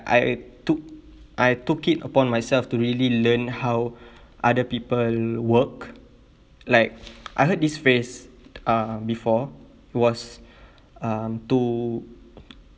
I took I took it upon myself to really learn how other people work like I heard this phrase uh before it was um to